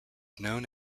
known